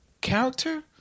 character